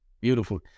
Beautiful